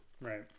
right